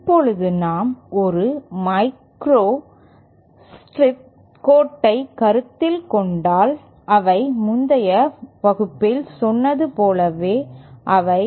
இப்போது நாம் ஒரு மைக்ரோ ஸ்ட்ரிப் கோட்டைக் கருத்தில் கொண்டால் அவை முந்தைய வகுப்பில் சொன்னது போலவே அவை P